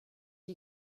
you